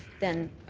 then